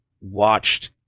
watched